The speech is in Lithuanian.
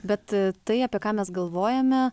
bet tai apie ką mes galvojame